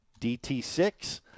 DT6